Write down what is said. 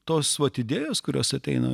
tos vat idėjos kurios ateina